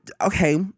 okay